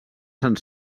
sant